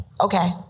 okay